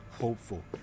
hopeful